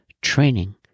training